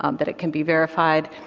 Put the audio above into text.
um that it can be verified,